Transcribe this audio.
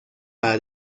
para